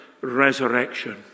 resurrection